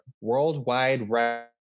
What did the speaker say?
worldwide